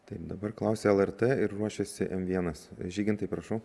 taip dabar klausia lrt ir ruošėsi em vienas žygintai prašau